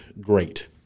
great